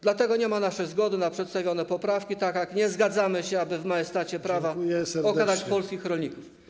Dlatego nie ma naszej zgody na przedstawione poprawki, tak jak nie zgadzamy się, aby w majestacie prawa okradać polskich rolników.